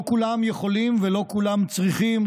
לא כולם יכולים ולא כולם צריכים,